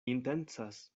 intencas